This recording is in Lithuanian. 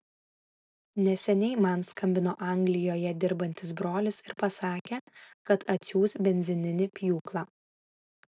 neseniai man skambino anglijoje dirbantis brolis ir pasakė kad atsiųs benzininį pjūklą